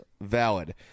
valid